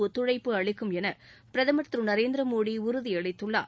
ஒத்துழைப்பு அளிக்கும் என பிரதமர் திரு நரேந்திரமோடி உறுதியளித்துள்ளார்